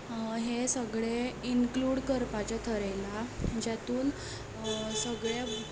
हें सगळे इन्क्लूड करपाचें थरयलां जातून सगले